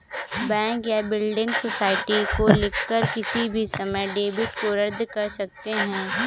bank या building society को लिखकर किसी भी समय डेबिट को रद्द कर सकते हैं